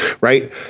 Right